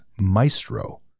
Maestro